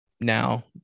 Now